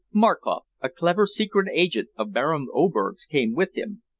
markoff, a clever secret agent of baron oberg's, came with him.